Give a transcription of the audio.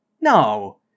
No